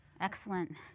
Excellent